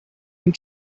and